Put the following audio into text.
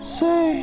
say